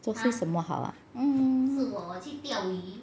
这是什么好 ah